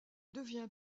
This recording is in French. devient